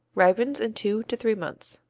ripens in two to three months.